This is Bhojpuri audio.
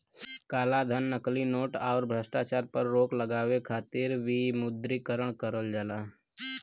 कालाधन, नकली नोट, आउर भ्रष्टाचार पर रोक लगावे खातिर विमुद्रीकरण करल जाला